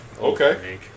Okay